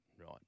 right